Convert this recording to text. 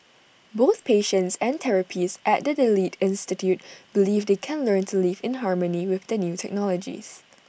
both patients and therapists at the delete institute believe they can learn to live in harmony with the new technologies